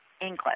English